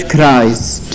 Christ